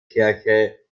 kirche